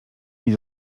nie